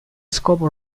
scopo